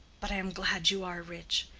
but i am glad you are rich.